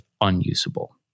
unusable